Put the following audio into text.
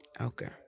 Okay